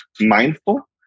mindful